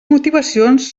motivacions